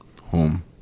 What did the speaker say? Home